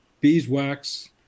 beeswax